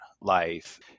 life